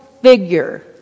figure